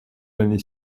l’année